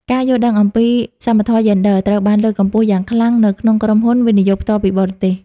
ការយល់ដឹងអំពី "សមធម៌យេនឌ័រ" ត្រូវបានលើកកម្ពស់យ៉ាងខ្លាំងនៅក្នុងក្រុមហ៊ុន វិនិយោគផ្ទាល់ពីបរទេស។